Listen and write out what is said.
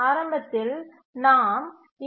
ஆரம்பத்தில் நாம் ஈ